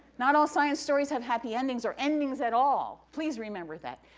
not all science stories have happy endings or endings at all. please remember that.